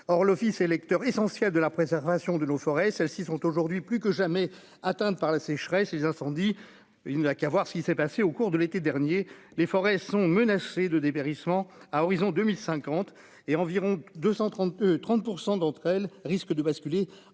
or l'office électeurs essentiel de la préservation de nos forêts, celles-ci sont aujourd'hui plus que jamais atteintes par la sécheresse et les incendies, il n'a qu'à voir ce qui s'est passé au cours de l'été dernier les forêts sont menacés de dépérissement à horizon 2050 et environ 230 E 30 % d'entre elles risquent de basculer